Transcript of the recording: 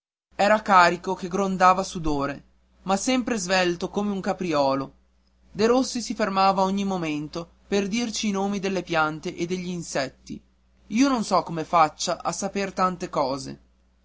era carico che grondava sudore ma sempre svelto come un capriolo derossi si fermava ogni momento a dirci i nomi delle piante e degli insetti io non so come faccia a saper tante cose